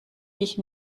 dich